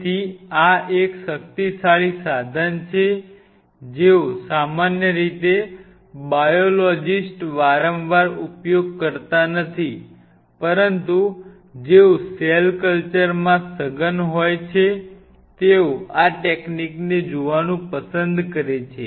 તેથી આ એક શક્તિશાળી સાધન છે જેનો સામાન્ય રીતે બાયોલોજીસ્ટ વારંવાર ઉપયોગ કરતા નથી પરંતુ જેઓ સેલ કલ્ચર માં સઘન હોય છે તેઓ આ ટેકનિકને જોવાનું પસંદ કરે છે